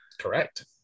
correct